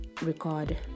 record